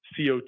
CO2